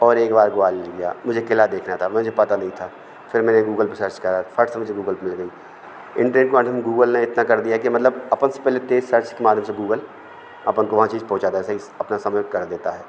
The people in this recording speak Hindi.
और एक बार ग्वालियर गया मुझे क़िला देखना था मुझे पता नहीं था फिर मैंने गूगल पर सर्च करा तो फट से मुझे गूगल पर मिल गया इंटरनेट के माध्यम गूगल ने इतना कर दिया कि मतलब अपन से पहले तेज़ सर्च के मारने से गूगल अपन को वहाँ चीज़ पहुँचाता सही से अपना समय पर कर देता है